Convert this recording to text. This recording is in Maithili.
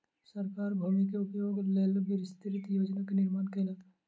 सरकार भूमि के उपयोगक लेल विस्तृत योजना के निर्माण केलक